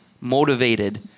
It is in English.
motivated